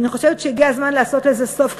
אני חושבת שהגיע הזמן לעשות לזה סוף.